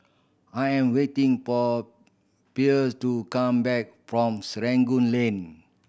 I'm waiting for Pearle to come back from Serangoon Link